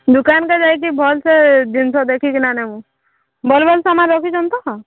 ଦୋକାନକୁ ଯାଇକି ଭଲସେ ଜିନଷ ଦେଖିକିନା ଆଣିବୁ ଭଲ ଭଲ ସାମାନ ରଖିଛନ୍ତି ତ